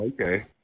okay